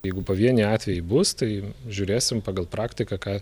jeigu pavieniai atvejai bus tai žiūrėsim pagal praktiką ką